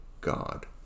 God